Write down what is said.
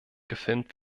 gefilmt